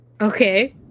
Okay